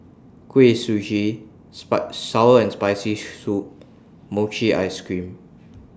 Kuih Suji Sour and Spicy Soup and Mochi Ice Cream